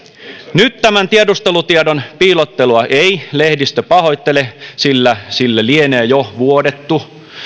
nyt tämän tiedustelutiedon piilottelua ei lehdistö pahoittele sillä sille lienee jo vuodettu